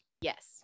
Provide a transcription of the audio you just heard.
Yes